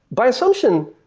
by assumption,